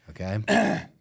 Okay